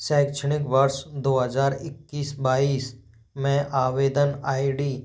शैक्षणिक वर्ष दो हज़ार इक्कीस बाईस में आवेदन आई डी